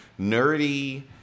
nerdy